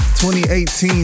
2018